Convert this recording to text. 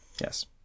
Yes